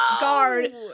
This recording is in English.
guard